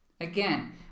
Again